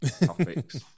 topics